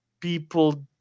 people